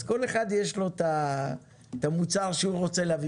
כל אחד יש לו את המוצר שהוא רוצה להביא